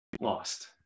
lost